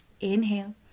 Inhale